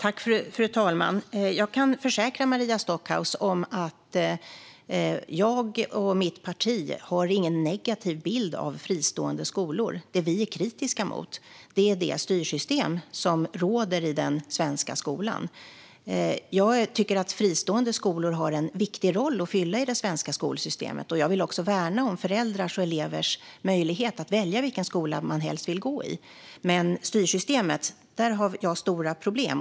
Fru talman! Jag kan försäkra Maria Stockhaus att jag och mitt parti inte har någon negativ bild av fristående skolor. Det vi är kritiska mot är det styrsystem som råder i den svenska skolan. Jag tycker att fristående skolor har en viktig roll att fylla i det svenska skolsystemet. Jag vill också värna om föräldrars och elevers möjlighet att välja vilken skola man helst vill gå i. Men när det gäller styrsystemet har jag stora problem.